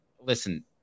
listen